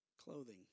clothing